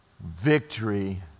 victory